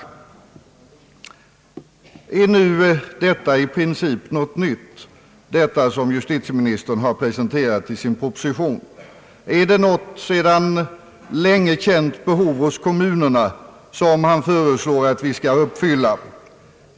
Är detta som justitieministern har presenterat i sin proposition i princip något nytt? Är det något sedan länge känt behov hos kommunerna som han föreslår att vi skall tillgodose?